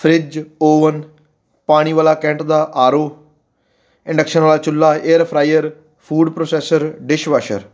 fridge oven ਪਾਣੀ ਵਾਲਾ Kent ਦਾ ਆਰ ਓ ਇੰਡਕਸ਼ਨ ਵਾਲਾ ਚੁੱਲਾ air fryer food processor dish washer